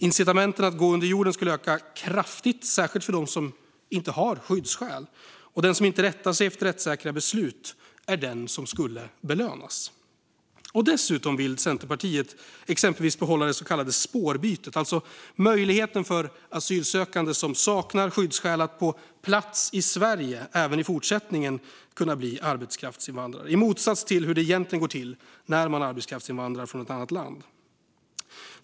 Incitamenten att gå under jorden skulle öka kraftigt, särskilt för dem som inte har skyddsskäl, och den som inte rättar sig efter rättssäkra beslut skulle belönas. Dessutom vill Centerpartiet exempelvis behålla det så kallade spårbytet, alltså möjligheten för asylsökande som saknar skyddsskäl att på plats i Sverige kunna bli arbetskraftsinvandrare - i motsats till hur det egentligen går till när man arbetskraftsinvandrar från ett annat land.